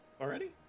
already